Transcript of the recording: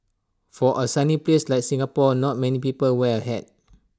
for A sunny place like Singapore not many people wear A hat